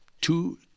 two